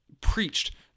preached –